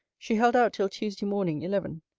she held out till tuesday morning, eleven.